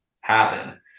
happen